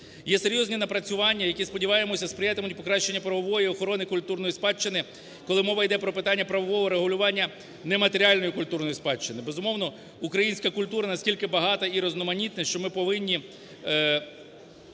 Є серйозні напрацювання, які сподіваємося, сприятимуть покращенню правової охорони культурної спадщини, коли мова йде про питання правового регулювання нематеріальної культурної спадщини. Безумовно, українська культура наскільки багата і різноманітна, що ми повинні